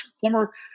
former